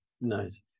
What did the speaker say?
Nice